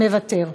מוותר.